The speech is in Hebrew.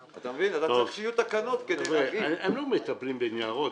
אתה צריך שיהיו תקנות כדי --- הם לא מטפלים בניירות,